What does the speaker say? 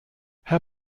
herr